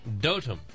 Dotum